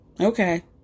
Okay